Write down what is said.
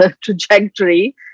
trajectory